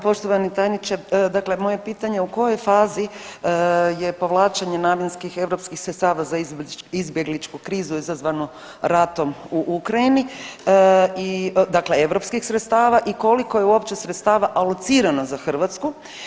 Poštovani tajniče, dakle moje je pitanje u kojoj fazi je povlačenje namjenskih europskih sredstava za izbjegličku krizu izazvanu ratom u Ukrajini i, dakle europskih sredstava i koliko je uopće sredstava alocirano za Hrvatsku?